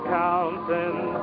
counting